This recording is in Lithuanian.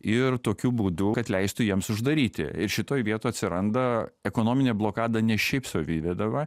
ir tokiu būdu kad leistų jiems uždaryti ir šitoje vietoj atsiranda ekonominė blokada ne šiaip sau įvedama